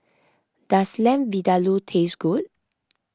does Lamb Vindaloo taste good